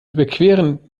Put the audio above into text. überqueren